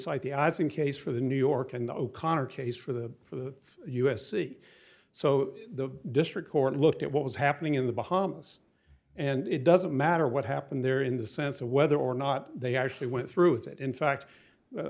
cite the ising case for the new york and o'connor case for the for the u s c so the district court looked at what was happening in the bahamas and it doesn't matter what happened there in the sense of whether or not they actually went through that in fact